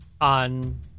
On